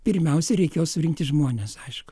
pirmiausia reikėjo surinkti žmones aišku